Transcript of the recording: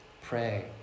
Pray